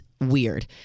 weird